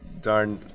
darn